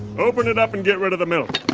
open it up, and get rid of the milk